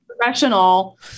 professional